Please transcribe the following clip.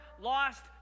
lost